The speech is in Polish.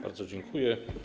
Bardzo dziękuję.